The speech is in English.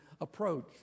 approach